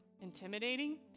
intimidating